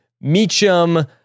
Meacham